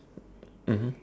mmhmm